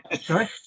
Sorry